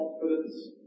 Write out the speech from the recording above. confidence